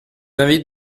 invite